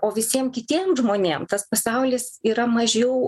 o visiem kitiem žmonėm tas pasaulis yra mažiau